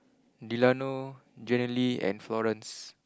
Delano Jenilee and Florance